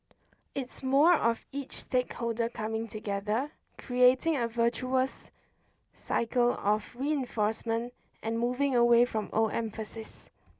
it's more of each stakeholder coming together creating a virtuous cycle of reinforcement and moving away from old emphases